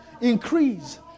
increase